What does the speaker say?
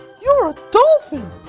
you're a dolphin!